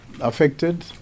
affected